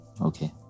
Okay